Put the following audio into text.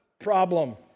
problem